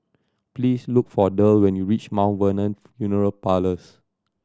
please look for Derl when you reach Mount Vernon Funeral Parlours